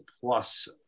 plus –